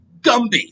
Gumby